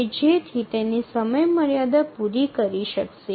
કે જેથી તે તેની સમયમર્યાદા પૂરી કરી શકશે